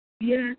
Yes